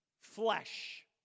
flesh